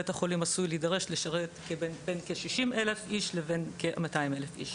בית החולים עשוי להידרש לשרת בין כ-60,000 איש לבין כ-200,000 איש.